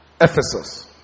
Ephesus